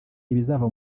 ibizava